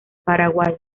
paraguay